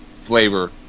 flavor